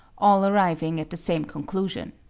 all arriving at the same conclusion.